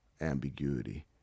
ambiguity